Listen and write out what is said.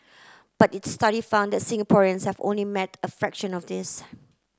but its study found that Singaporeans have only met a fraction of this